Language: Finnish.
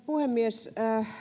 puhemies